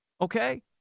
okay